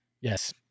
Yes